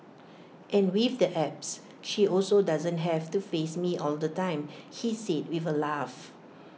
and with the apps she also doesn't have to face me all the time he said with A laugh